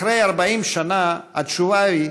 אחרי 40 שנה, התשובה היא: